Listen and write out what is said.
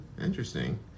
Interesting